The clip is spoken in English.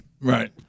Right